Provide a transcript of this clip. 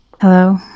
Hello